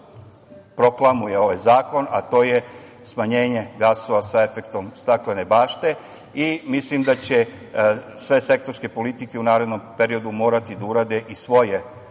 proklamuje ovaj zakon, a to je smanjenje gasova sa efektom staklene bašte. Mislim da će sve sektorske politike u narednom periodu morati da urade i svoja